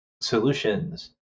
solutions